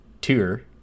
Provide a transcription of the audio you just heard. tour